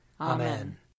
Amen